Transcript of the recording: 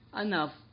enough